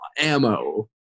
ammo